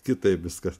kitaip viskas